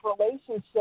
relationship